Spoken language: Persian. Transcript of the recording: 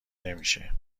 نمیشه